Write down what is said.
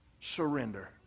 surrender